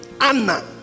Anna